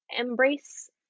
embrace